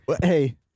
Hey